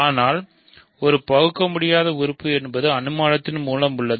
ஆனால் அவ் ஒரு பகுக்கமுடியாதது உறுப்பு என்பது அனுமானத்தின் மூலம் உள்ளது